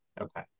Okay